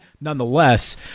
nonetheless